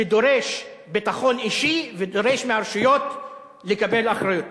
שדורש ביטחון אישי ודורש מהרשויות לקבל אחריות.